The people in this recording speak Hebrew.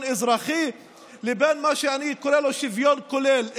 אזרחי לבין מה שאני קורא לו שוויון כולל,